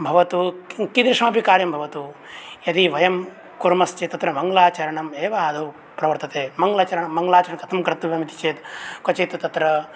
भवतु किदृशम् अपि कार्यं भवतु यदि वयं कुर्मश्चेत् तत्र मङ्गलाचरणम् एव आदौ प्रवर्तते मङ्गलाचरणं मङ्गलाचरणं कथं कर्तव्यम् इति चेत् क्वचित् तत्र